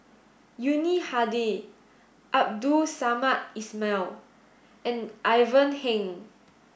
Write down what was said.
Yuni Hadi Abdul Samad Ismail and Ivan Heng